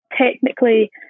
technically